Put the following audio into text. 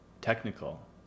technical